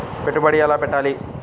పెట్టుబడి ఎలా పెట్టాలి?